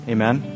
Amen